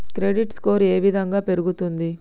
Credit score ఏ విధంగా పెరుగుతుంది?